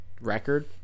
record